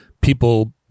people